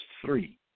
three